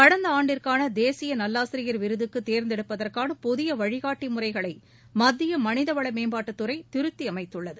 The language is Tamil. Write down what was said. கடந்த ஆண்டிற்கான தேசிய நல்லாசிரியர் விருதுக்கு தோ்ந்தெடுப்பதற்கான புதிய வழிகாட்டி முறைகளை மத்திய மனித வள மேம்பாட்டுத்துறை திருத்தி அமைத்துள்ளது